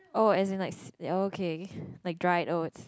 oh as in like s~ okay like dried oats